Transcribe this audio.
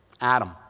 Adam